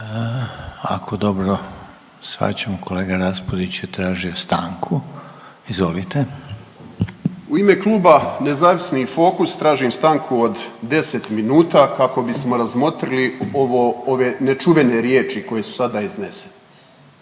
Ako dobro shvaćam kolega Raspudić je tražio stanku. Izvolite. **Raspudić, Nino (Nezavisni)** U ime kluba nezavisni i Fokus tražim stanku od 10 minuta kako bi smo razmotrili ovo, ove nečuvene riječi koje su sada iznesene.